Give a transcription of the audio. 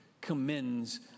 commends